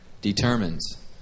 determines